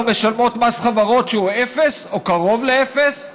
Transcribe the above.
משלמות מס חברות שהוא אפס או קרוב לאפס?